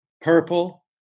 purple